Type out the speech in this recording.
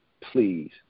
please